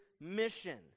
mission